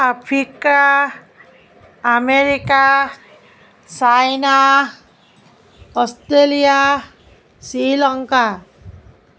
Africa America China Australia Sri Lanka